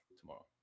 tomorrow